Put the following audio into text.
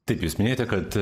taip jūs minėjote kad